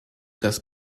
das